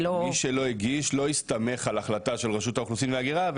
מי שלא הגיש לא הסתמך על החלטה של רשות האוכלוסין וההגירה,